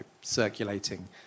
circulating